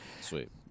Sweet